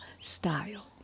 style